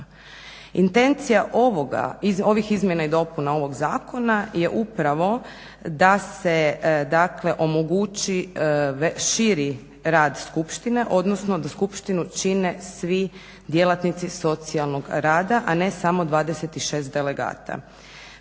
Intencija ovih izmjena i dopuna ovog zakona je upravo da se dakle omogući širi rad skupštine, odnosno da skupštinu čine svi djelatnici socijalnog rada, a ne samo 26 delegata.